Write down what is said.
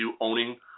owning